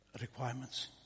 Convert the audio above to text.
requirements